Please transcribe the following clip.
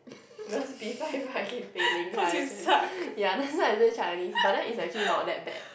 because P five I keep failing higher Chinese ya that's why i say Chinese but then is actually not that bad